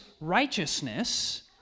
righteousness